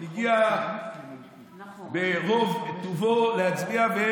הוא הגיע ברוב טובו להצביע,